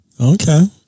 Okay